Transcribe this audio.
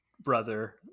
brother